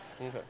Okay